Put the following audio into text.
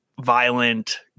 violent